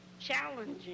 challenging